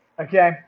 Okay